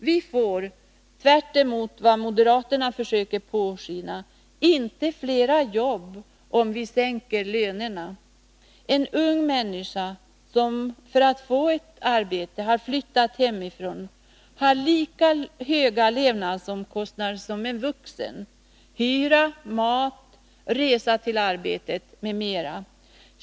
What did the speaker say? Vi skapar — tvärtemot vad moderaterna försöker låta påskina — inte flera jobb om vi sänker lönerna. En ung människa som för att få ett arbete har flyttat hemifrån har lika höga levnadsomkostnader som en vuxen: hyra, mat, resa till arbetet m.m.